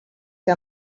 que